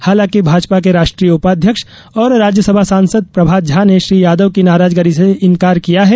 हालांकि भाजपा के राष्ट्रीय उपाध्यक्ष और राज्यसभा सांसद प्रभात झा ने श्री यादव की नाराजगी से इनकार किया है